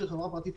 שהיא חברה פרטית,